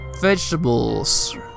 Vegetables